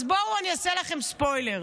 אז בואו אני אעשה לכם ספוילר: